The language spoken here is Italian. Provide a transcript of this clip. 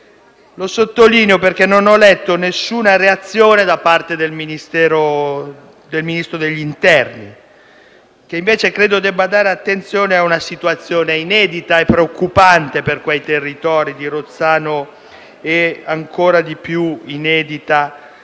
Lo sottolineo perché non ho letto alcuna reazione da parte del Ministro dell'interno che, invece, credo debba prestare attenzione a una situazione inedita e preoccupante per i territori di Rozzano e Basiglio. Se il